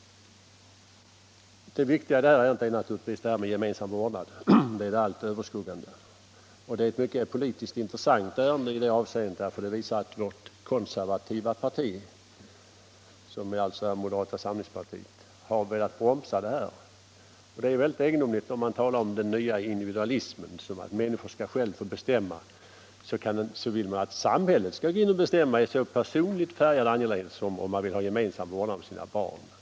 Det viktiga i det här ärendet är naturligtvis den gemensamma vårdnaden. Den är det allt överskuggande. I politiskt avseende är det ett intressant ärende, därför att det visar att vårt konservativa parti, alltså moderata samlingspartiet, har velat bromsa. Det är mycket egendomligt att man samtidigt som man talar om den nya individualismen, som innebär att människor själva skall få bestämma, vill att samhället skall gå in och bestämma i en så pass personligt färgad angelägenhet som frågan om huruvida man vill ha gemensam vårdnad om sina barn.